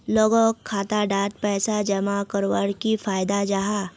लोगोक खाता डात पैसा जमा कवर की फायदा जाहा?